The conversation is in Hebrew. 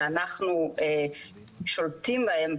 שאנחנו שולטים בהם,